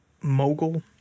mogul